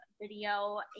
video